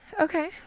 Okay